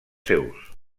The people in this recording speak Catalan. seus